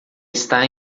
está